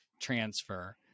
transfer